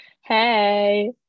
Hey